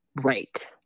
Right